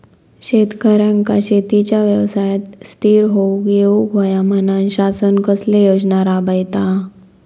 शेतकऱ्यांका शेतीच्या व्यवसायात स्थिर होवुक येऊक होया म्हणान शासन कसले योजना राबयता?